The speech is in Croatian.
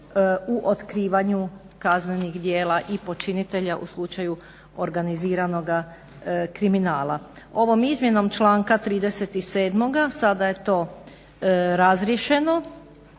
u otkrivanju kaznenih djela i počinitelja u slučaju organiziranoga kriminala. Ovom izmjenom članka 37. sada je to razriješeno